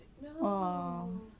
No